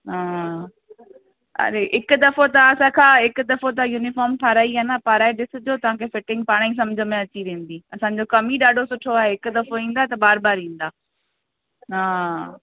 हा अड़े हिकु दफ़ो तव्हां असां खां हिकु दफ़ो तव्हां यूनिफ़ॉम ठाहिराई आहे न पाराए ॾिसिजो तव्हांखे फ़िटिंग पाणेई समुझ में अची वेंदी असांजो कमु ई ॾाढो सुठो आहे हिकु दफ़ो ईंदा त बार बार ईंदा हा